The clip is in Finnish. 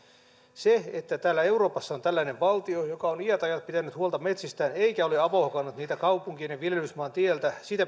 maa siitä että täällä euroopassa on tällainen valtio joka on iät ajat pitänyt huolta metsistään eikä ole avohakannut niitä kaupunkien ja ja viljelysmaan tieltä